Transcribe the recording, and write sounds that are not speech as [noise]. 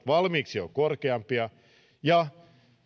[unintelligible] valmiiksi jo korkeampia ja